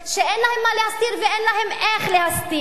שאין להם מה להסתיר ואין להם איך להסתיר.